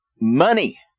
Money